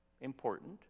important